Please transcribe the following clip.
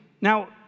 Now